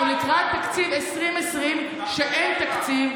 אנחנו לקראת תקציב 2020 כשאין תקציב.